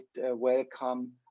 welcome